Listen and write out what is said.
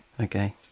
Okay